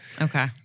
Okay